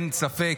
אין ספק